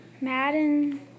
Madden